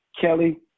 Kelly